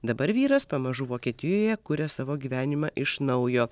dabar vyras pamažu vokietijoje kuria savo gyvenimą iš naujo